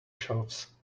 shelves